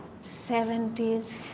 seventies